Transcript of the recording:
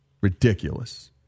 ridiculous